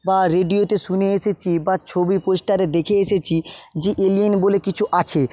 বা রেডিওতে শুনে এসেছি বা ছবি পোস্টারে দেখে এসেছি যে এলিয়েন বলে কিছু আছে